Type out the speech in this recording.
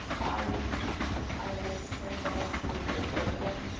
i i am concerned about the schools that are critical.